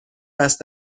است